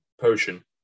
potion